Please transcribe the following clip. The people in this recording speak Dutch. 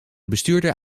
bestuurder